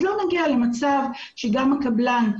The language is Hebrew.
אז לא נגיע למצב שגם הקבלן,